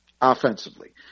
offensively